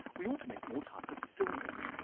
we ought to take more time for stillness.